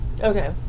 Okay